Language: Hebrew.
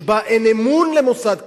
שבה אין אמון למוסד כזה,